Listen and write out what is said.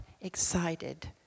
excited